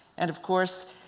and, of course,